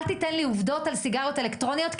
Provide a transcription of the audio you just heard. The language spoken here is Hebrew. אל תיתן לי עובדות על סיגריות אלקטרוניות,